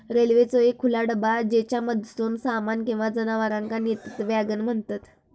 रेल्वेचो एक खुला डबा ज्येच्यामधसून सामान किंवा जनावरांका नेतत वॅगन म्हणतत